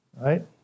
Right